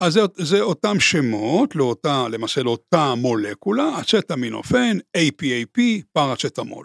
אז זה אותם שמות, למעשה לאותה מולקולה, אצטאמינוופן, APAP, פרצטמול.